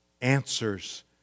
answers